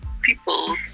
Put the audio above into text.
people